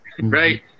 right